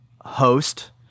host